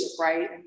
right